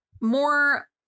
more